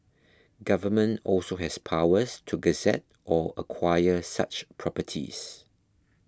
government also has powers to gazette or acquire such properties